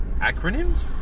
acronyms